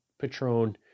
Patron